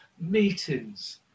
meetings